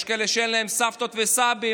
יש כאלה שאין להם סבתות וסבים.